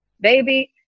baby